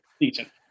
decent